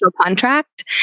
contract